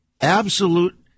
absolute